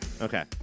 Okay